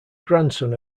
grandson